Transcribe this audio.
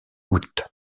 août